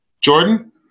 Jordan